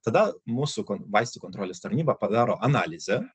tada mūsų kon vaistų kontrolės tarnyba padaro analizę